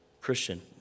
Christian